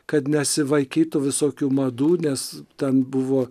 kad nesivaikytų visokių madų nes ten buvo